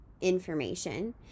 information